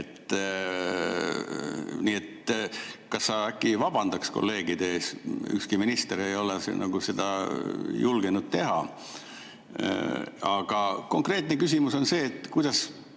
Nii et kas sa äkki vabandaksid kolleegide ees? Ükski minister ei ole seda julgenud teha. Aga konkreetne küsimus on see: kuidas